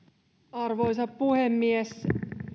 arvoisa puhemies